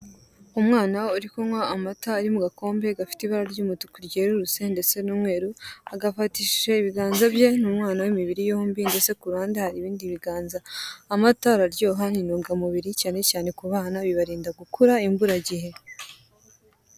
Umwana uri kunywa amata ari mu gakombe gafite ibara ry'umutuku ryerurutse ndetse n'umweru, agafatishije ibiganze bye, ni umwana w'imibiri yombi ndetse ku ruhande hari ibindi biganza, amata araryoha, ni intungamubiri cyane cyane ku bana, bibarinda gukura imburagihe.